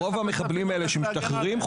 רוב המחבלים האלה שמשתחררים,